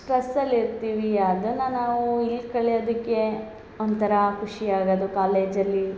ಸ್ಟ್ರೆಸಲ್ಲಿ ಇರ್ತೀವಿ ಅದನ್ನ ನಾವು ಇಲ್ಲಿ ಕಳೆಯೊದಕ್ಕೆ ಒಂಥರ ಖುಷಿ ಆಗೋದು ಕಾಲೇಜಲ್ಲಿ